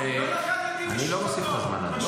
--- אני לא מוסיף לך זמן על זה.